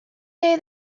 day